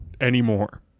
anymore